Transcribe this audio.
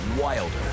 wilder